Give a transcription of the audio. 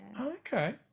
Okay